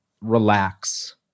relax